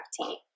tea